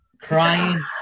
Crying